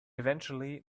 eventually